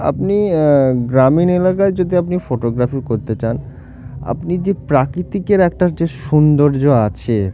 আপনি গ্রামীণ এলাকায় যদি আপনি ফটোগ্রাফি করতে চান আপনি যে প্রাকৃতিক একটা যে সৌন্দর্য আছে